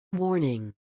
Warning